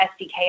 SDK